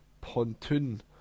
pontoon